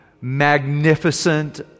magnificent